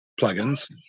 plugins